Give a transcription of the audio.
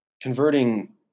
Converting